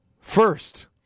first